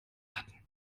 hatten